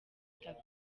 butaka